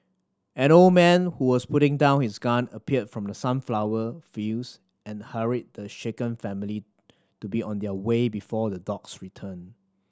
an old man who was putting down his gun appeared from the sunflower fields and hurried the shaken family to be on their way before the dogs return